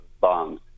bombs